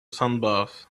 sunbathe